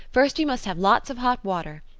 first we must have lots of hot water.